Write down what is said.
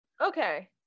Okay